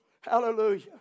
Hallelujah